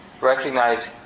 recognize